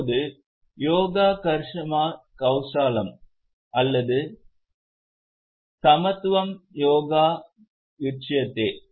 இப்போது யோகா கர்மாஷு கவ்சாலம் அல்லது சமத்வம் யோகா உசியடே